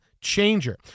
changer